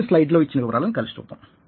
ఈ స్లైడ్ లో ఇచ్చిన వివరాలని కలిసి చూద్దాం